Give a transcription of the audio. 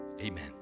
amen